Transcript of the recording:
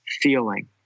feeling